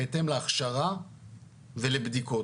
בהתאם להכשרה ולבדיקות,